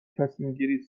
تصمیمگیری